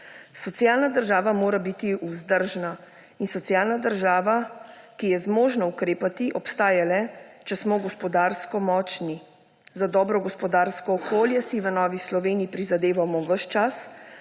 Socialna država mora biti vzdržna. In socialna država, ki je zmožna ukrepati, obstaja le, če smo gospodarsko močni. Za dobro gospodarsko okolje si v Novi Sloveniji prizadevamo ves čas